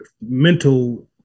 mental